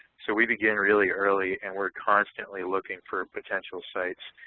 so we begin really early, and we're constantly looking for potential sites